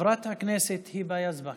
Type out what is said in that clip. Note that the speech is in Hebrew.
חברת הכנסת היבה יזבק,